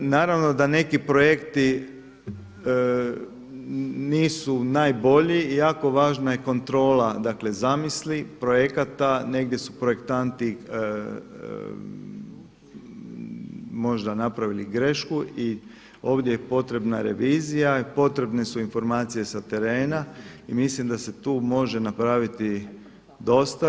Naravno da neki projekti nisu najbolji i jako važna je kontrola dakle zamisli, projekata, negdje su projektanti možda napravili grešku i ovdje je potrebna revizija, potrebne su informacije sa terena i mislim da se tu može napraviti dosta.